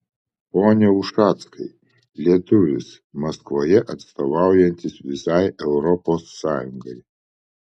pone ušackai lietuvis maskvoje atstovaujantis visai europos sąjungai